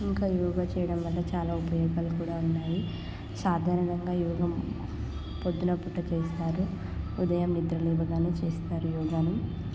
ఇంకా యోగా చేయడంవల్ల చాలా ఉపయోగాలు కూడా ఉన్నాయి సాదరణంగా యోగ పొద్దునపూట చేస్తారు ఉదయం నిద్ర లేవగానే చేస్తారు యోగాని